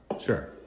sure